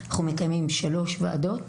אנחנו מקיימים שלוש ועדות,